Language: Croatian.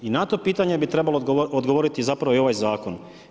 I na to pitanje bi trebalo odgovoriti zapravo i ovaj zakon.